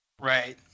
Right